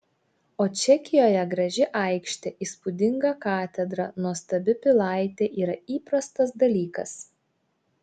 o čekijoje graži aikštė įspūdinga katedra nuostabi pilaitė yra įprastas dalykas